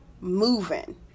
moving